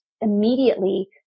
immediately